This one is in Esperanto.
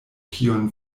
kiun